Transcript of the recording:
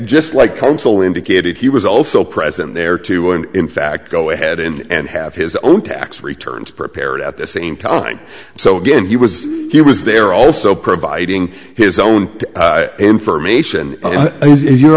just like council indicated he was also present there too and in fact go ahead and have his own tax returns prepared at the same time so again he was he was there also providing his own information is your